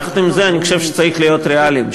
יחד עם זה אני חושב שצריך להיות ריאליים.